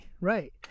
Right